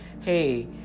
hey